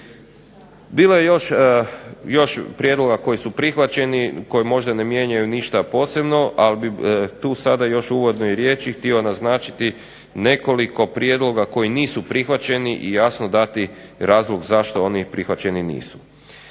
Bilo je još prijedloga koji su prihvaćeni, koji možda ne mijenjaju ništa posebno, ali bih tu sada još uvodno i riječi htio naznačiti nekoliko prijedloga koji nisu prihvaćeni i jasno dati razlog zašto oni prihvaćeni nisu.